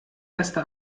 erste